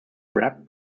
wrapped